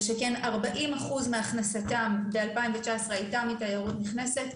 ושכן 40% מהכנסתם ב-2019 הייתה מתיירות נכנסת,